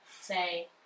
say